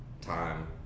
time